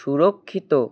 সুরক্ষিত